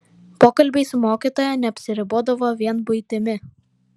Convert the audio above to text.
pokalbiai su mokytoja neapsiribodavo vien buitimi